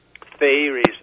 theories